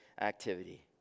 activity